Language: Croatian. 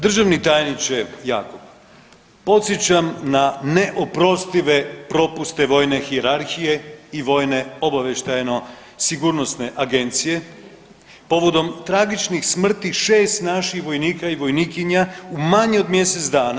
Državni tajniče Jakob, podsjećam na neoprostive propuste vojne hijerarhije i Vojne obavještajno-sigurnosne agencije povodom tragičnih smrti 6 naših vojnika i vojnikinja u manje od mjesec dana.